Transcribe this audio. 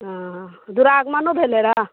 हॅं द्विरागमणो भेलै रहय